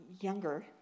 younger